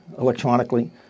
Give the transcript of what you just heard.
electronically